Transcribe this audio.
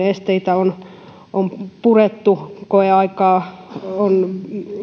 esteitä on on purettu koeaikaa on